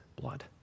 blood